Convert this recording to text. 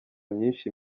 myishi